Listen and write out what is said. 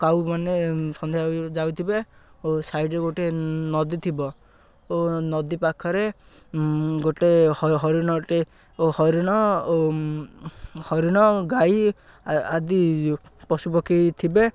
କାଉ ମାନେ ସନ୍ଧ୍ୟା ଯାଉଥିବେ ଓ ସାଇଡ଼୍ରେ ଗୋଟେ ନଦୀ ଥିବ ଓ ନଦୀ ପାଖରେ ଗୋଟେ ହରିଣଟେ ଓ ହରିଣ ଓ ହରିଣ ଗାଈ ଆଦି ପଶୁପକ୍ଷୀ ଥିବେ